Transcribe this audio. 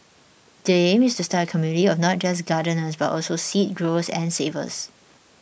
the aim is to start a community of not just gardeners but also seed growers and savers